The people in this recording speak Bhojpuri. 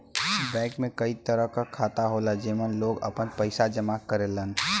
बैंक में कई तरह क खाता होला जेमन लोग आपन पइसा जमा करेलन